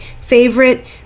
favorite